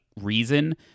reason